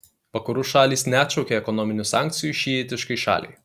vakarų šalys neatšaukė ekonominių sankcijų šiitiškai šaliai